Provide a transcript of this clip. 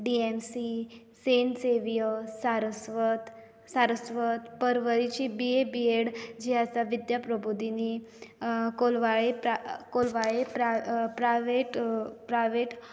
डि M C St Xavier's Saraswat Saraswat परवरीची BA B Ed जी आसा विद्याप्रबोधीनी कोलवाळे प्रा कोलवाळे प्रायवेट अ